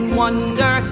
wonder